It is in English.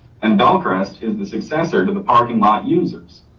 and bellcrest is the successor to the parking lot users.